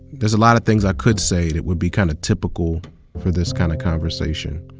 there's a lot of things i could say that would be kind of typical for this kind of conversation.